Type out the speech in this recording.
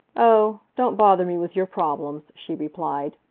oh! don't bother me with your problems, she replied.